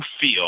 feel